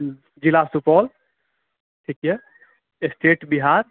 जिला सुपौल ठीक यऽ स्टेट बिहार